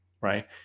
right